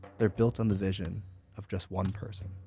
they're built on the vision of just one person.